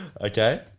Okay